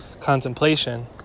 contemplation